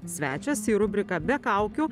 svečias į rubriką be kaukių